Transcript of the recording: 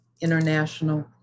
International